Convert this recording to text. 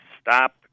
stop